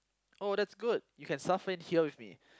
oh that's good you can suffer in here with me